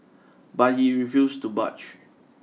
but he refused to budge